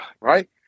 right